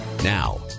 Now